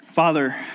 Father